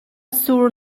sur